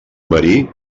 marí